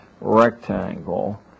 rectangle